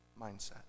mindset